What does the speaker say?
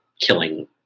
killing